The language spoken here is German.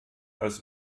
als